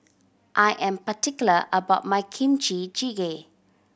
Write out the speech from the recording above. I am particular about my Kimchi Jjigae